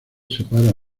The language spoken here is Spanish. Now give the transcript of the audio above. separa